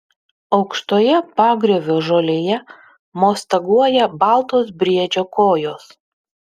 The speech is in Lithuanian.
aukštoje pagriovio žolėje mostaguoja baltos briedžio kojos